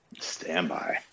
Standby